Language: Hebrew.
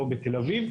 כמו בתל אביב.